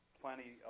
plenty